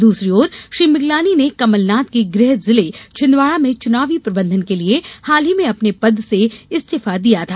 दूसरी ओर श्री मिगलानी ने कमलनाथ के गृह जिले छिंदवाड़ा में चुनावी प्रबंधन के लिए हाल ही में अपने पद से इस्तीफा दिया था